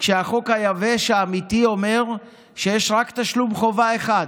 כשהחוק היבש האמיתי אומר שיש רק תשלום חובה אחד: